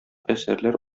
әсәрләр